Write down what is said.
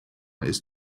ist